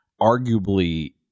arguably